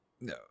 No